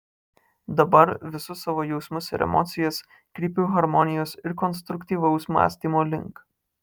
dabar visus savo jausmus ir emocijas kreipiu harmonijos ir konstruktyvaus mąstymo link